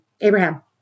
Abraham